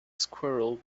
squirrel